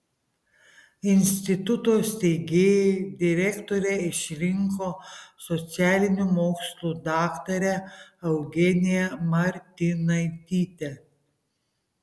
instituto steigėjai direktore išrinko socialinių mokslų daktarę eugeniją martinaitytę